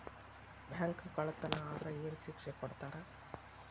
Bank ಕಳ್ಳತನಾ ಆದ್ರ ಏನ್ ಶಿಕ್ಷೆ ಕೊಡ್ತಾರ?